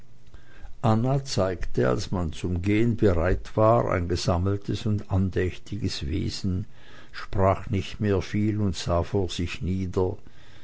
anna zeigte als man zum gehen bereit war ein gesammeltes und andächtiges wesen sprach nicht mehr viel und sah vor sich nieder